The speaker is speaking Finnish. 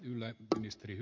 arvoisa puhemies